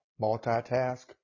multitask